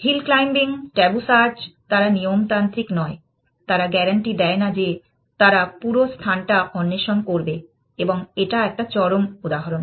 hill climbing tabu search তারা নিয়মতান্ত্রিক নয় তারা গ্যারান্টি দেয় না যে তারা পুরো স্থানটা অন্বেষণ করবে এবং এটা একটা চরম উদাহরণ